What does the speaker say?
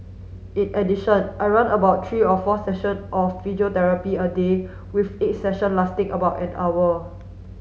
in addition I run about three or four session of physiotherapy a day with each session lasting about an hour